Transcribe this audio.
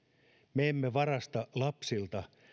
me emme varasta lapsilta